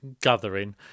gathering